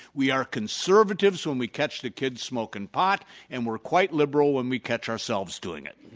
we are conservatives when we catch the kids smoking pot and we're quite liberal when we catch ourselves doing it.